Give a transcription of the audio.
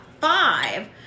five